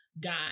God